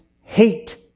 hate